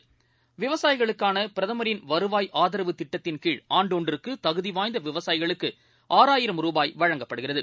கீழ் விவசாயிகளுக்கானபிரதமரின் வருவாய் திட்டத்தின் ஆதரவு ஆண்டுஒன்றுக்குதகுதிவாய்ந்தவிவசாயிகளுக்குஆறாயிரம் ரூபாய் வழங்கப்படுகிறது